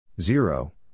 zero